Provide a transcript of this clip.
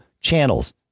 channels